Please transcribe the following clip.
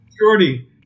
Shorty